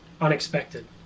unexpected